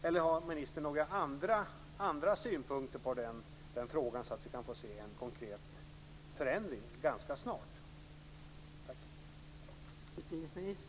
Eller har ministern några andra synpunkter på den frågan, så att vi kan få se en konkret förändring ganska snart?